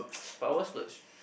but I won't splurge